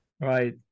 Right